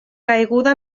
caiguda